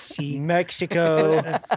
mexico